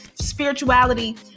spirituality